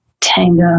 tango